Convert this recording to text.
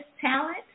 talent